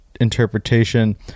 interpretation